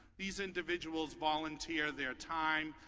these individuals volunteer their time,